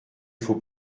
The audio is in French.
faut